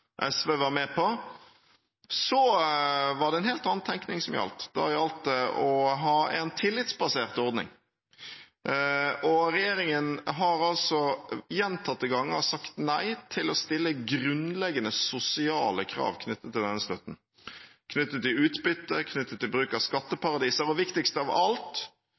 SV var med på, så var det en helt annen tenkning som gjaldt. Da gjaldt det å ha en tillitsbasert ordning. Og regjeringen har altså gjentatte ganger sagt nei til å stille grunnleggende sosiale krav knyttet til denne støtten, knyttet til utbytte, knyttet til bruk av skatteparadiser og viktigst av alt,